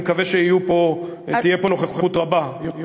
אני מקווה שתהיה פה נוכחות רבה יותר בפעם הבאה.